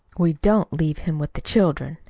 we don't leave him with the children,